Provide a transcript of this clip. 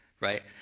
right